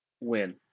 win